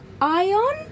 Ion